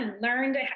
learned